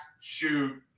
shoot